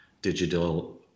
Digital